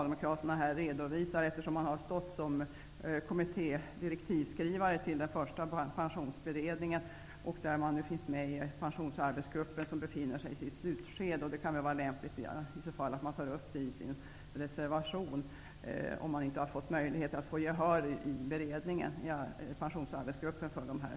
Det var ju den socialdemokratiska regeringen som skrev direktiven till den första pensionsberedningen, och Socialdemokraterna är representerade i pensionsarbetsgruppen, vars arbete befinner sig i slutskedet. Det kan väl vara lämpligt att framföra sina synpunkter i en reservation där, om man inte har fått gehör för dem hos en majoritet i pensionsarbetsgruppen.